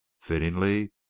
fittingly